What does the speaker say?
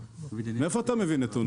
מאיפה אתה מביא נתונים?